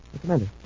Commander